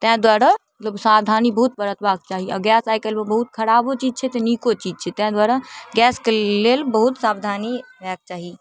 तैं दुआरे लोक सावधानी बहुत बरतबाक चाही आओर गैस आइ काल्हिमे बहुत खराब चीज छै तऽ नीको चीज छै तैं दुआरे गैसके लेल बहुत सावधानी रहयके चाही